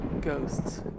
ghosts